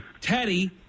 Teddy